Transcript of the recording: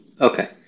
Okay